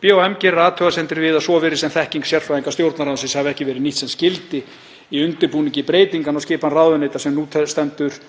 BHM gerir athugasemdir við að svo virðist sem þekking sérfræðinga Stjórnarráðsins hafi ekki verið nýtt sem skyldi í undirbúningi breytinganna á skipan ráðuneyta sem nú stendur